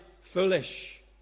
foolish